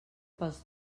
pels